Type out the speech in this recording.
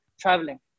traveling